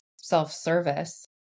self-service